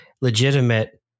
legitimate